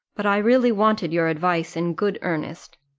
but i really wanted your advice in good earnest.